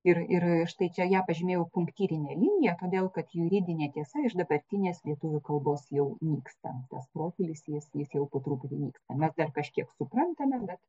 ir ir štai čia ją pažymėjau punktyrinė linija todėl kad juridinė tiesa iš dabartinės lietuvių kalbos jau nyksta tas profilis jis jis jau po truputį nyksta mes dar kažkiek suprantame bet